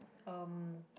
um